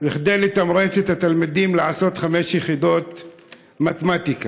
כדי לתמרץ את התלמידים לעשות חמש יחידות במתמטיקה.